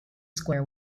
square